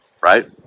Right